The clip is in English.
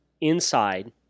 inside